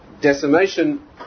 decimation